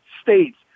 states